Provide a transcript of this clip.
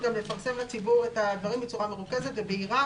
לפרסם לציבור את הדברים בצורה מרוכזת ובהירה.